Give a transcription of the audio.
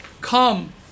come